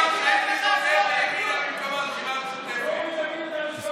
מוקסם מהאירוע אני עולה להשיב,